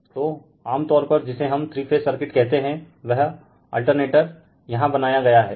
Refer Slide Time 0042 तो आमतौर पर जिसे हम थ्री फेज सर्किट कहते है वह अल्र्नेटर यहाँ बनाया गया है